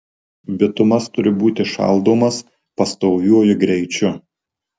bitumas turi būti šaldomas pastoviuoju greičiu